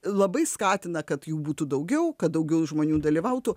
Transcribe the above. labai skatina kad jų būtų daugiau kad daugiau žmonių dalyvautų